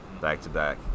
back-to-back